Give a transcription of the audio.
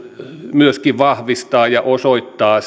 myöskin vahvistaa ja osoittaa